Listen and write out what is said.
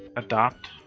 adopt.